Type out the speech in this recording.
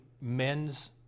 men's